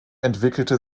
entwickelte